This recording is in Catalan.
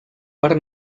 per